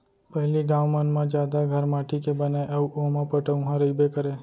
पहिली गॉंव मन म जादा घर माटी के बनय अउ ओमा पटउहॉं रइबे करय